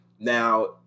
Now